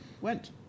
Went